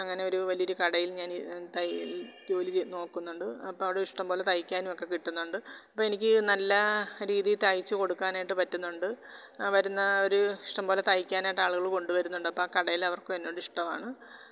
അങ്ങനെ ഒരു വലിയൊരു കടയിൽ ഞാൻ ഇ തയ്യൽ ജോലി ചെയ്തു നോക്കുന്നുണ്ട് അപ്പോൾ അവിടെ ഇഷ്ടം പോലെ തയ്ക്കാനും ഒക്കെ കിട്ടുന്നുണ്ട് അപ്പോൾ എനിക്ക് ഈ നല്ല രീതിയിൽ തയ്ച്ചു കൊടുക്കാനായിട്ട് പറ്റുന്നുണ്ട് വരുന്നവർ ഇഷ്ടം പോലെ തയ്ക്കാനായിട്ട് ആളുകൾ കൊണ്ടു വരുന്നുണ്ട് അപ്പൊ ആ കടലെ അവർക്കും എന്നോടു ഇഷ്ടവാണ്